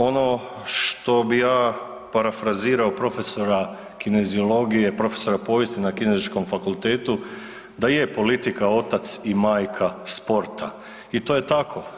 Ono što bi ja parafrazirao profesora kineziologije, profesora povijesti na Kineziološkom fakultetu da je politika otac i majka sporta i to je tako.